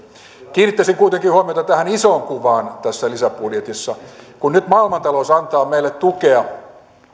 kiinnittäisin kuitenkin huomiota tähän isoon kuvaan tässä lisäbudjetissa kun nyt maailmantalous antaa meille tukea